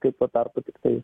kai tuo tarpu tiktai